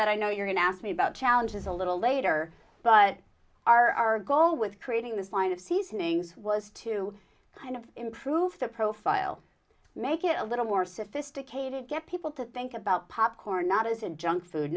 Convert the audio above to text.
that i know you're going to ask me about challenges a little later but our goal with creating this line of seasonings was to kind of improve the profile make it a little more sophisticated get people to think about popcorn not as a junk food